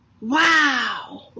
wow